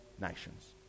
nations